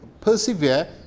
persevere